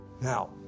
Now